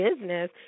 business